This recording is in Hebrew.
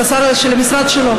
של המשרד שלו.